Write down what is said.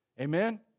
Amen